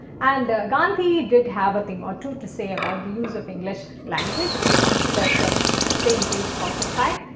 and gandhi did have a thing or two to say about the use of english language. if you come to that essay in page forty five,